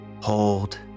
Hold